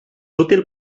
útil